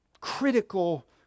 critical